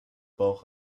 bauch